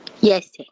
Yes